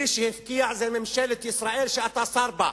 מי שהפקיע זה ממשלת ישראל, שאתה שר בה.